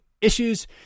Issues